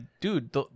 dude